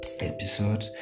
episode